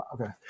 Okay